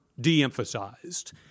de-emphasized